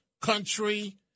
country